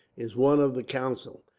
is one of the council.